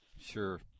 Sure